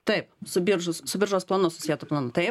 taip su biržus su biržos planu susietu planu taip